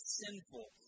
sinful